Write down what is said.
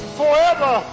forever